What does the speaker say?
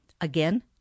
again